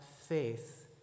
faith